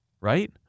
right